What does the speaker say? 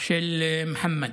של מוחמד,